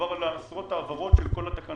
מדובר על עשרות העברות של כל התקנות